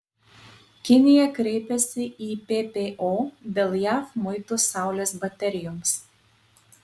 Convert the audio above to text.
kinija kreipėsi į ppo dėl jav muitų saulės baterijoms